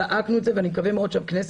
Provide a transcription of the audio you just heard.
זעקנו את זה ואני מקווה מאוד שהכנסת